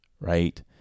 right